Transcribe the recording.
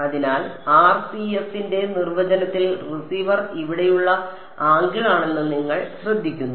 അതിനാൽ RCS ന്റെ നിർവചനത്തിൽ റിസീവർ ഇവിടെയുള്ള ആംഗിൾ ആണെന്ന് നിങ്ങൾ ശ്രദ്ധിക്കുന്നു